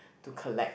to collect